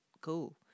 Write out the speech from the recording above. cool